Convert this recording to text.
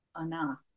enough